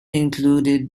included